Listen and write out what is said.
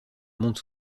monde